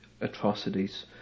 atrocities